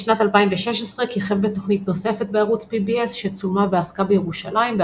בשנת 2016 כיכב בתוכנית נוספת בערוץ PBS שצולמה ועסקה בירושלים,